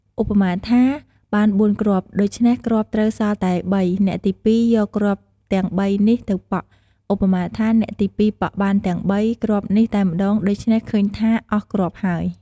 ឧបមាថា បាន ៤ គ្រាប់ ដូច្នេះគ្រាប់ត្រូវសល់តែ ៣ អ្នកទី២ យកគ្រាប់ទាំង៣ នេះទៅប៉ក់ ឧបមាថា អ្នកទី២ ប៉ក់បានទាំង ៣ គ្រាប់នេះតែម្តង ដូច្នេះឃើញថាអស់គ្រាប់ហើយ។